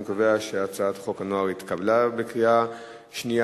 אני קובע שהצעת חוק הנוער התקבלה בקריאה שנייה.